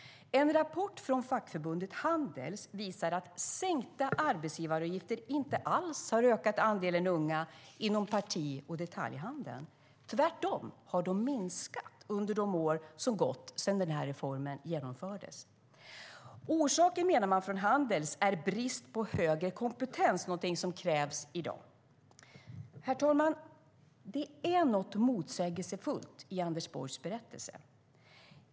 En rapport från fackförbundet Handels visar att sänkta arbetsgivaravgifter inte alls har ökat andelen unga inom parti och detaljhandeln. Tvärtom har andelen unga minskat under de år som gått sedan reformen genomfördes. Orsaken menar Handels är bristen på högre kompetens, någonting som krävs i dag. Herr talman! Det är något motsägelsefullt i Anders Borgs berättelse.